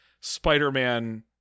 Spider-Man